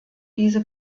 diese